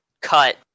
cut